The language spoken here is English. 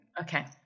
Okay